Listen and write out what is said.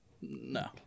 No